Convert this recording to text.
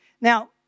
Now